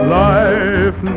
life